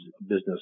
business